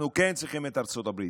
אנחנו כן צריכים את ארצות הברית,